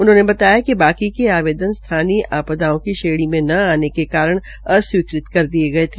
उन्होंने बताया कि बाकी के आवेदन स्थानीय आपदाओं की श्रेणी में न आने के कारण अस्वीकृत कर दिये गये है